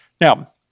Now